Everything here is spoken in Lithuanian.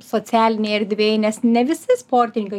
socialinėj erdvėj nes ne visi sportininkai